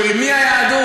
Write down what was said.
של מי היהדות?